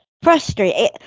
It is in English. Frustrated